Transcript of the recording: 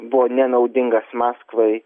buvo nenaudingas maskvai